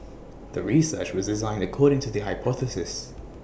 the research was designed according to the hypothesis